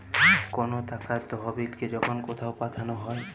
call টাকার তহবিলকে যখল কথাও পাঠাল হ্যয়